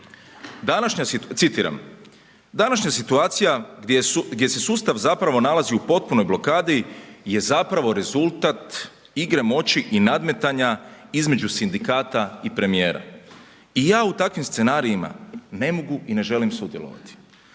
„Današnja situacija gdje se sustav zapravo nalazi u potpunoj blokadi je zapravo rezultat igre moći i nadmetanja između sindikata i premijera i ja u takvim ne mogu i ne želim sudjelovati.“